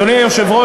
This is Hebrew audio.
אדוני היושב-ראש,